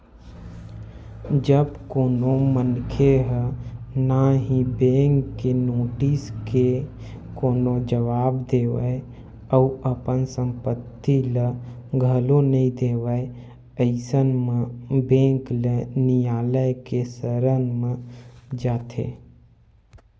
जब कोनो मनखे ह ना ही बेंक के नोटिस के कोनो जवाब देवय अउ अपन संपत्ति ल घलो नइ देवय अइसन म बेंक ल नियालय के सरन म जाथे